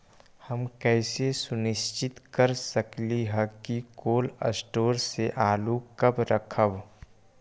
हम कैसे सुनिश्चित कर सकली ह कि कोल शटोर से आलू कब रखब?